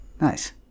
Nice